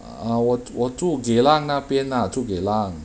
uh 我我住 geylang 那边 lah 住 geylang